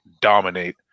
dominate